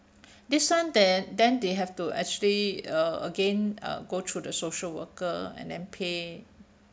this one the then they have to actually uh again uh go through the social worker and then pay